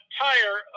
tire